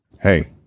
Hey